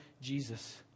Jesus